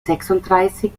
sechsunddreißig